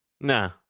No